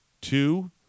two